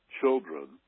children